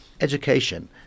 education